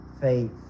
faith